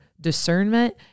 discernment